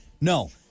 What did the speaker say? No